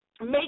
make